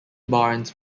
barnes